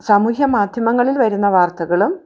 സമൂഹ്യ മാധ്യമങ്ങളിൽ വരുന്ന വാർത്തകളും